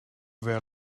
were